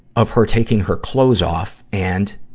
of her taking her clothes off and,